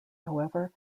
however